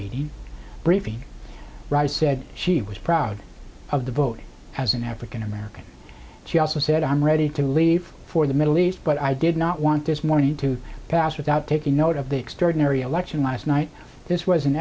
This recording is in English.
media briefing rice said she was proud of the vote as an african american she also said i'm ready to leave for the middle east but i did not want this morning to pass without taking note of the extraordinary election last night this was